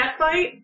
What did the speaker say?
catfight